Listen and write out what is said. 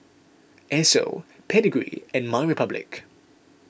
Esso Pedigree and MyRepublic